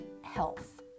health